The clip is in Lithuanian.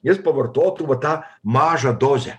jis pavartotų va tą mažą dozę